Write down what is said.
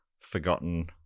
forgotten